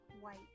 White